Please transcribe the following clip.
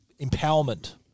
empowerment